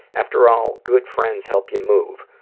after all, good friends help you move.